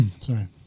Sorry